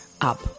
up